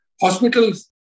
hospitals